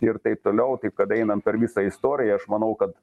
ir taip toliau taip kad einant per visą istoriją aš manau kad